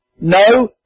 No